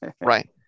right